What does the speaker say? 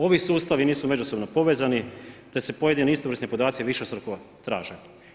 Ovi sustavi nisu međusobno povezani te se pojedini istovrsni podaci višestruko traže.